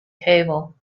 table